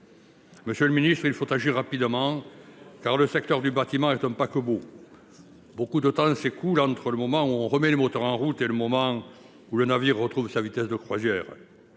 Monsieur le ministre, il faut agir rapidement, car le secteur du bâtiment est un paquebot : beaucoup de temps s’écoule entre le moment où l’on remet les moteurs en route et celui où le navire retrouve sa vitesse de croisière.